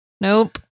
Nope